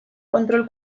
kontrol